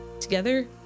Together